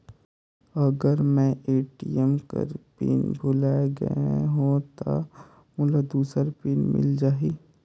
अगर मैं ए.टी.एम कर पिन भुलाये गये हो ता मोला दूसर पिन मिल जाही?